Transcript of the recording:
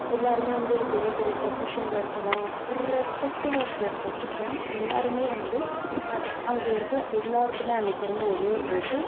எல்லோருமே வந்து ஒரு பெரிய பெரிய ப்ரொஃபஷனில் இருக்கலாம் இர்ரெஸ்பெக்டிவ் ஆஃப் தர் பொசிஷன் எல்லோருமே வந்து அ அங்கே இருக்கிற எல்லோருக்குமே அன்னைக்கு இருந்த ஒரேயொரு மோட்டிவ்